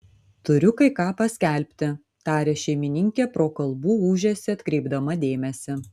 turiu kai ką paskelbti tarė šeimininkė pro kalbų ūžesį atkreipdama dėmesį